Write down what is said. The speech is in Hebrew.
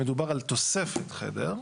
שמדובר על תוספת חדר.